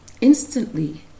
Instantly